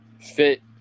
...fit